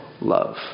love